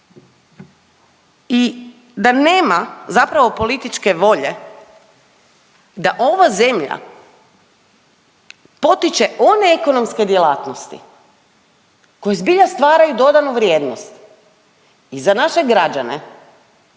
i da nema zapravo političke volje da ova zemlja potiče one ekonomske djelatnosti koje zbilja stvaraju dodanu vrijednost i za naše građane